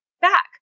back